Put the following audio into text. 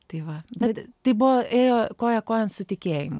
tai va bet tai buvo ėjo koja kojon su tikėjimu